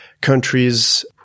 countries